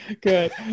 good